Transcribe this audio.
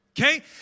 Okay